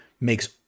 makes